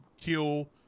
kill